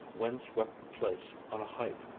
wind-swept place on a height.